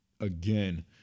again